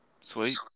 Sweet